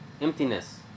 emptiness